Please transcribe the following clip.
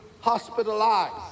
hospitalized